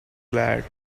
glad